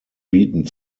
bieten